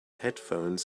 headphones